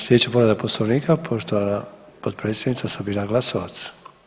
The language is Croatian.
Sljedeća povreda poslovnika poštovana potpredsjednica Sabina Glasovac.